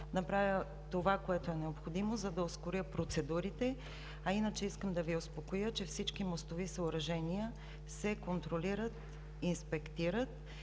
направя това, което е необходимо, за да ускоря процедурите. Иначе искам да Ви успокоя, че всички мостови съоръжения се контролират, инспектират